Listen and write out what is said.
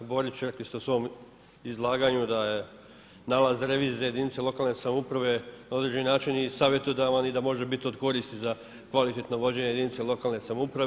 Kolega Borić, rekli ste u svom izlaganju da je nalaz revizije jedinica lokalne samouprave na određeni način i savjetodavan i da može bit od koristi za kvalitetno vođenje jedinice lokalne samouprave.